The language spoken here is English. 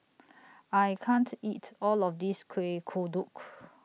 I can't eat All of This Kueh Kodok